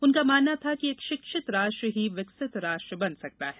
उनका मानना था कि एक शिक्षित राष्ट्र ही विकसित राष्ट्र बन सकता है